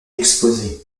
exposé